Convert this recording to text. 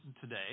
today